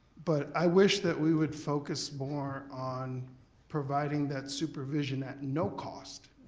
but i wish that we would focus more on providing that supervision at no cost,